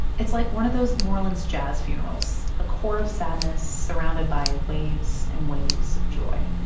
it's like one of those new orleans jazz funerals a core of sadness surrounded by waves and waves of joy.